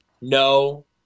no